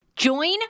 Join